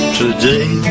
today